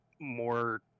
more